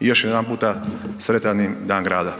I još jedanputa, sretan im Dan grada.